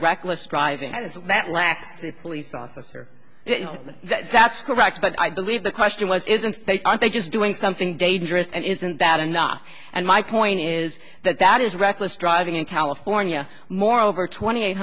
reckless driving that lacks the police officer that's correct but i believe the question was is and i think just doing something dangerous and isn't that enough and my coin is that that is reckless driving in california more over twenty eight